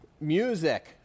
music